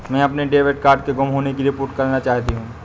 मैं अपने debit card के गुम होने की रिपोर्ट करना चाहती हूँ